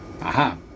aha